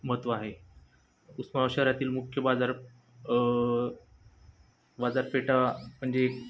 महत्त्व आहे उस्मावशरातील मुख्य बाजार बाजारपेठा म्हणजे